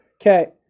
Okay